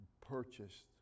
purchased